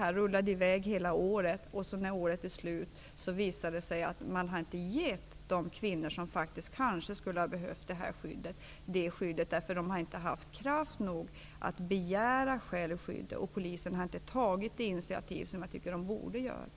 Är regeringen beredd att lägga fram förslag om ändring i rättegångsbalken som jämställer män och kvinnor, dvs. att kroppsvisitation eller kroppsbesiktning av män inte får verkställas eller bevittnas av annan än man, läkare eller legitimerad sjuksköterska?